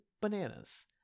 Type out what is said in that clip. Bananas